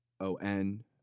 O-N